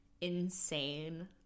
Insane